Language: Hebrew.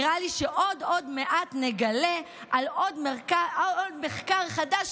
נראה לי שעוד מעט נגלה על עוד מחקר חדש